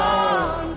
on